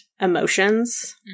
emotions